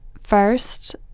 first